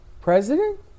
president